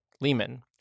Lehman